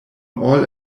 all